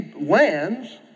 lands